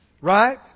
Right